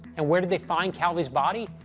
and where did they find calvi's body?